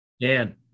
Dan